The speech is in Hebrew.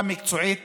מקצועית